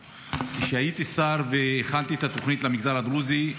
כשהייתי שר והכנתי את התוכנית למגזר הדרוזי,